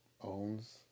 owns